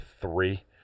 three